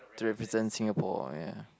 to represent Singapore ya